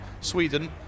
Sweden